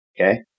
Okay